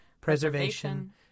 preservation